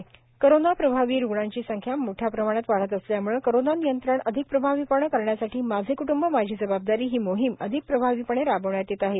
माझे क्टूंब माझी जबाबदारी कोरोना प्रभावी रुग्णांची संख्या मोठ्या प्रमाणात वाढत असल्यामुळे कोरोना नियंत्रण अधिक प्रभावीपणे करण्यासाठी माझे कुटूंब माझी जबाबदारी ही मोहिम अधिक प्रभावीपणे राबविण्यात येत आहे